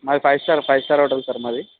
మాది five star five star hotel sir మాది